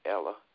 Ella